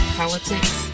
politics